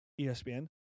espn